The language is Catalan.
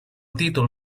títol